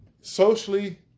socially